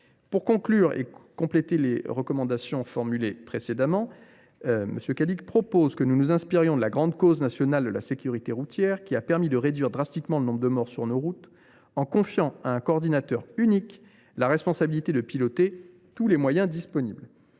Pour conclure et compléter les recommandations formulées précédemment, M. Cadic propose que nous nous inspirions de la grande cause nationale de la sécurité routière, qui a permis de réduire drastiquement le nombre de morts sur les routes en confiant à un coordinateur unique la responsabilité de piloter tous les moyens disponibles.